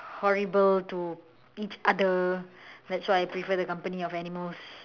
horrible to each other that's why I prefer the company of animals